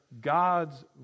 God's